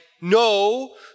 no